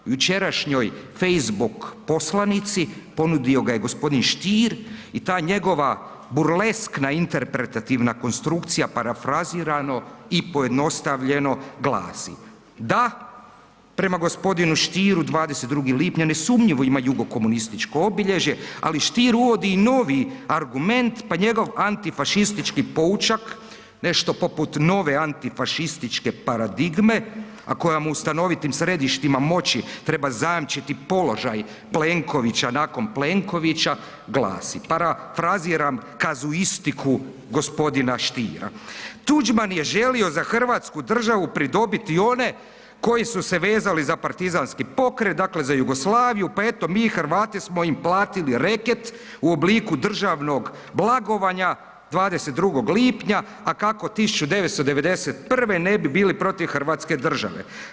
Jučerašnjoj facebook poslanici ponudio je gospodin Stier i ta njegova burleskna interpretativna konstrukcija parafrazirano i pojednostavljeno glasi „Da“, prema gospodinu Stieru 22. lipnja nesumnjivo ima jugo komunističko obilježje, ali Stier uvodi i novi argument pa njegov antifašistički poučak nešto poput nove antifašističke paradigme, a koja mu u stanovitim središtima moći treba zajamčiti položaj Plenkovića nakon Plenkovića glasi, parafraziram kazuistiku gospodina Stiera „Tuđman je želio za Hrvatsku državu pridobiti one koji su se vezali za partizanski pokret dakle za Jugoslaviju pa eto mi Hrvati smo im platili reket u obliku državnog blagovanja 22. lipnja, a kako 1991. ne bi bili protiv Hrvatske države“